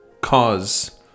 Cause